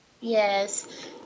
Yes